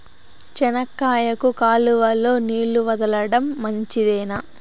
చెనక్కాయకు కాలువలో నీళ్లు వదలడం మంచిదేనా?